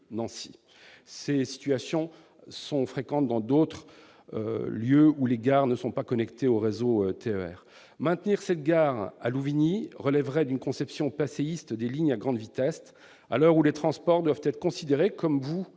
Nancy. Ces situations sont également fréquentes dans d'autres lieux où les gares ne sont pas connectées au réseau TER. Maintenir cette gare à Louvigny relèverait d'une conception passéiste des lignes à grande vitesse, à l'heure où les transports doivent être envisagés, comme le